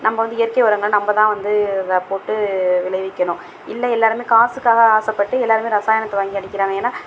நம்ம வந்து இயற்கை உரங்களை நம்ம தான் வந்து போட்டு விளைவிக்கணும் இல்லை எல்லாருமே காசுக்காக ஆசைப்பட்டு எல்லாருமே ரசாயனத்தை வாங்கி அடிக்கிறாங்க ஏன்னா